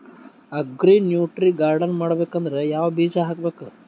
Agri nutri garden ಮಾಡಬೇಕಂದ್ರ ಯಾವ ಬೀಜ ಹಾಕಬೇಕು?